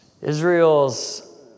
Israel's